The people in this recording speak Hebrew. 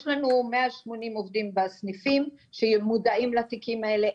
יש לנו מאה שמונים עובדים בסניפים שמודעים לתיקים האלה,